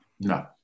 No